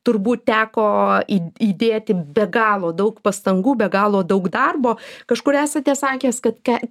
turbūt teko įd įdėti be galo daug pastangų be galo daug darbo kažkur esate sakęs kad ke